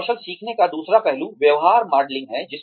एक कौशल सीखने का दूसरा पहलू व्यवहार मॉडलिंग है